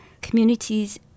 communities